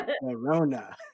Corona